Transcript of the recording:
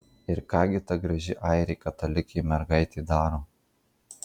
ir ką gi ta graži airė katalikė mergaitė daro